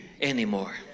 anymore